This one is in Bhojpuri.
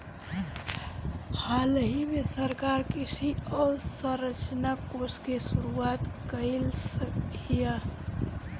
हालही में सरकार कृषि अवसंरचना कोष के शुरुआत कइलस हियअ